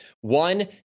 one